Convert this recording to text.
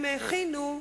אפשר לקרוא לו: